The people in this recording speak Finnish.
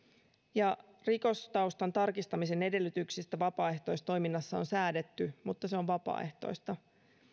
rikostaustan tarkistamisen edellytyksistä vapaaehtoistoiminnassa on säädetty mutta se on vapaaehtoista